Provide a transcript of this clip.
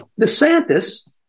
DeSantis